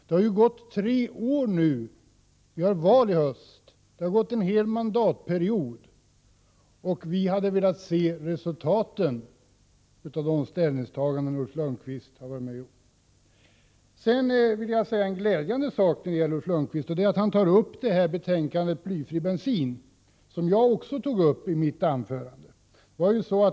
Det har gått tre år nu — vi har val i höst, och det har alltså gått en hel mandatperiod — och vi hade velat se resultaten av de ställningstaganden som Ulf Lönnqvist har varit med om att göra. Sedan vill jag säga en glädjande sak när det gäller Ulf Lönnqvist. Han tar upp betänkandet om blyfri bensin, som jag också berörde i mitt anförande.